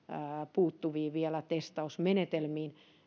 puuttuviin testausmenetelmiin